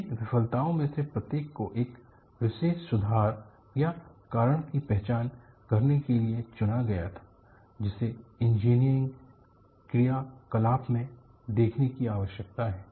इन विफलताओं में से प्रत्येक को एक विशेष सुधार या कारण की पहचान करने के लिए चुना गया था जिसे इंजीनियरिंग क्रियाकलाप में देखने की आवश्यकता है